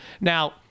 Now